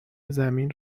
زمین